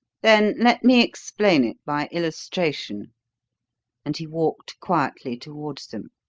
then let me explain it by illustration and he walked quietly towards them.